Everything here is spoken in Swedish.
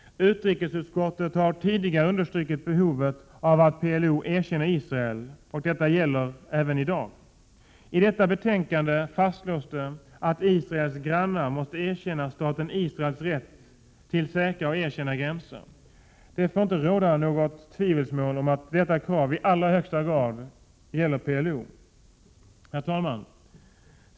Utrikesutskottet har tidigare understrukit behovet av att PLO erkänner Israel, och detta gäller även i dag. I detta betänkande fastslås det att Israels grannar måste erkänna staten Israels rätt till säkra och erkända gränser. Det får inte råda något tvivel om att detta krav i allra högsta grad gäller PLO. Herr talman!